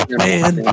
man